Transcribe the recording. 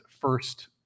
first